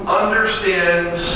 understands